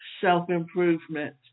self-improvement